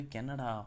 Canada